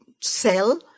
sell